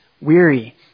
weary